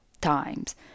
times